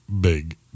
big